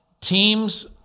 teams